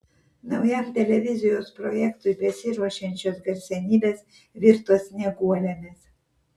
naujam televizijos projektui besiruošiančios garsenybės virto snieguolėmis